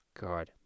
God